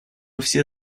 все